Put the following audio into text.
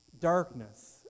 darkness